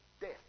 death